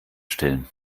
stellen